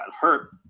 hurt